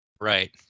Right